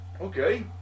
Okay